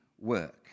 work